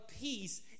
peace